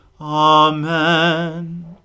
Amen